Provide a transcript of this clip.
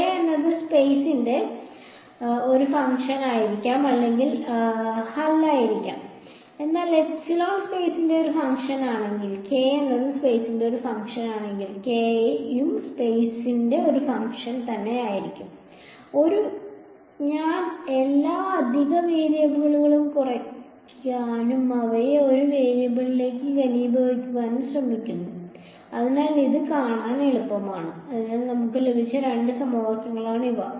k എന്നത് സ്പെയ്സിന്റെ ഒരു ഫംഗ്ഷൻ ആയിരിക്കാം അല്ലെങ്കിൽ അല്ലായിരിക്കാം എന്നാൽ എപ്സിലോൺ സ്പെയ്സിന്റെ ഒരു ഫംഗ്ഷൻ ആണെങ്കിൽ k എന്നത് സ്പെയ്സിന്റെ ഒരു ഫംഗ്ഷൻ ആണെങ്കിൽ k യും സ്പെയ്സിന്റെ ഒരു ഫംഗ്ഷൻ ആയിരിക്കും ഒരു ഞാൻ എല്ലാ അധിക വേരിയബിളുകളും കുറയ്ക്കാനും അവയെ ഒരു വേരിയബിളിലേക്ക് ഘനീഭവിപ്പിക്കാനും ശ്രമിക്കുന്നു അതിനാൽ ഇത് കാണാൻ എളുപ്പമാണ് അതിനാൽ നമുക്ക് ലഭിച്ച രണ്ട് സമവാക്യങ്ങളാണ് ഇവ